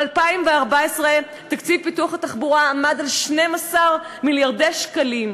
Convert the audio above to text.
ב-2014 תקציב פיתוח התחבורה עמד על 12 מיליארדי שקלים,